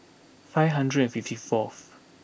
five hundred and fifty fourth